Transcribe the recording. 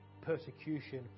persecution